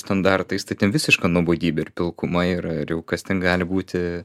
standartais tai ten visiška nuobodybė ir pilkuma ir ir jau kas ten gali būti